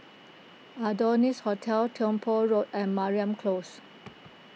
Adonis Hotel Tiong Poh Road and Mariam Close